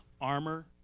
armor